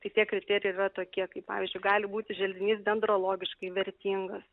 tai tie kriterijai yra tokie kaip pavyzdžiui gali būti želdinys dendrologiškai vertingas